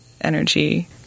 energy